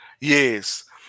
Yes